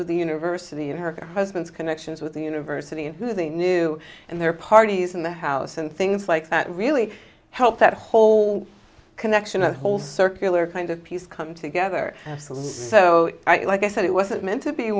with the university and her husband's connections with the university and who they knew and their parties in the house and things like that really helped that whole connection a whole circular kind of piece come together absolute so like i said it wasn't meant to be